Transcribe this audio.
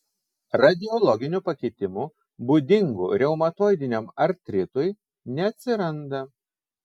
radiologinių pakitimų būdingų reumatoidiniam artritui neatsiranda